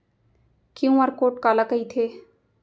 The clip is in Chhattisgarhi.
क्यू.आर कोड काला कहिथे?